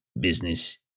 business